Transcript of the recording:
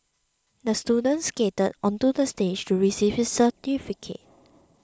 the student skated onto the stage to receive his certificate